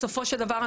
בסופו של דבר,